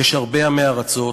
יש הרבה עמי-ארצות,